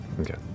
Okay